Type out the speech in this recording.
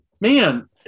man